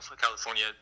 California